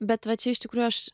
bet va čia iš tikrųjų aš